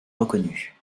reconnu